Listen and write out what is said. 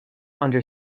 under